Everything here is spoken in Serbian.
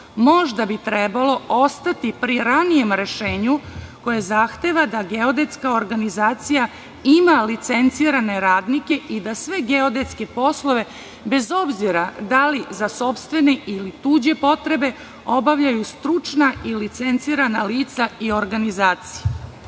Možda bi trebalo ostati pri ranijem rešenju koje zahteva da geodetska organizacija ima licencirane radnike i da sve geodetske poslove, bez obzira da li za sopstvene ili tuđe potrebe, obavljaju stručna i licencirana lica i organizacije. Zakon